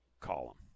column